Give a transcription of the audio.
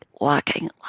walking